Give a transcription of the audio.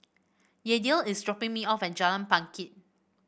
Yadiel is dropping me off at Jalan Bangket